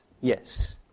yes